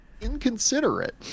inconsiderate